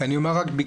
אני אומר בקצרה,